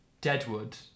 Deadwood